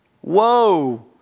Whoa